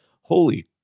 holy